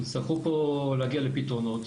יצטרכו פה להגיע לפתרונות